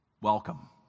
welcome